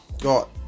got